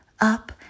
up